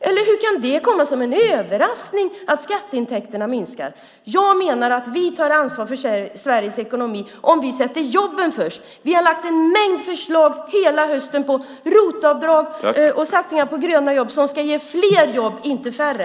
Hur kan det annars komma som en överraskning att skatteintäkterna minskar? Jag menar att vi tar ansvar för Sveriges ekonomi om vi sätter jobben först. Vi har under hela hösten lagt fram en mängd förslag. Det handlar om ROT-avdrag och satsningar på gröna jobb, som ska ge fler jobb, inte färre.